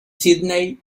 sídney